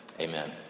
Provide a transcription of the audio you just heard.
amen